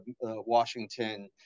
Washington